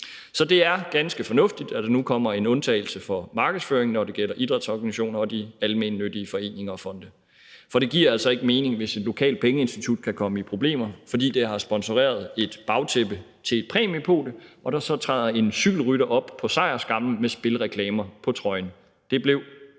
Så det er ganske fornuftigt, at der nu kommer en undtagelse for markedsføring, når det gælder idrætsorganisationer og de almennyttige foreninger og fonde, for det giver altså ikke mening, hvis et lokalt pengeinstitut kan komme i problemer, fordi det har sponseret et bagtæppe til et præmiepodie og der så træder en cykelrytter op på sejrsskamlen med spilreklamer på trøjen. Det blev